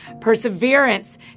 perseverance